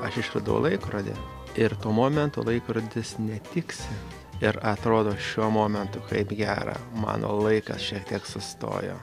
aš išradau laikrodį ir to momento laikrodis netiksi ir atrodo šiuo momentu kaip gera mano laikas šiek tiek sustojo